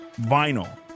vinyl